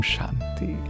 Shanti